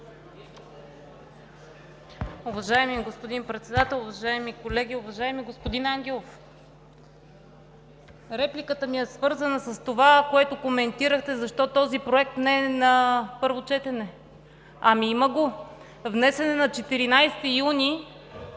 Уважаеми господин Председател, уважаеми колеги! Уважаеми господин Ангелов, репликата ми е свързана с това, което коментирахте – защо този проект не е на първо четене? Има го, внесен е на 14 юни